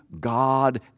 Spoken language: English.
God